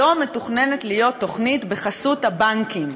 זו מתוכננת להיות תוכנית בחסות הבנקים.